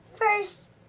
first